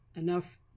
enough